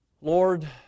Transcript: Lord